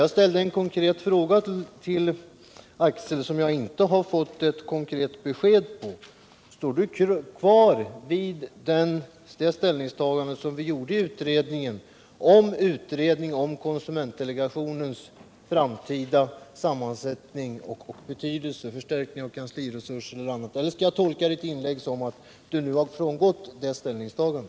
Jag ställde en konkret fråga till Axel Kristiansson som jag inte har fått ett konkret besked på: Står ni kvar vid det ställningstagande som vi gjorde i utredningen om konsumentdelegationens framtida sammansättning och betydelse, förstärkning av kansliresurser och annat? Eller skall jag tolka ert inlägg som att ni nu har frångått det ställningstagandet?